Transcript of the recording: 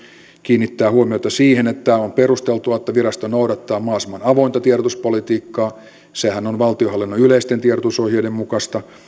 kiinnittää huomiota siihen että on perusteltua että virasto noudattaa mahdollisimman avointa tiedotuspolitiikkaa sehän on valtionhallinnon yleisten tiedotusohjeiden mukaista